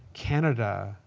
canada,